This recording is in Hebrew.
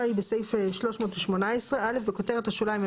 ב(40א) בסעיף 318 - בכותרת השוליים,